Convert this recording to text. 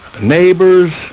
neighbors